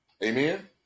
Amen